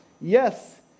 yes